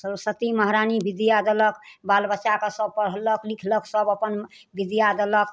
सरस्वती महारानी विद्या देलक बाल बच्चाके सब पढ़लक लिखलक सब अपन विद्या देलक